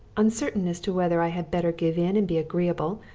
uncertain as to whether i had better give in and be agreeable,